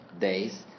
days